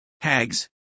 Hags